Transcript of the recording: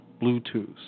Bluetooth